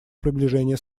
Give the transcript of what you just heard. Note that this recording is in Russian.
приближение